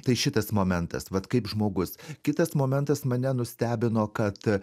tai šitas momentas vat kaip žmogus kitas momentas mane nustebino kad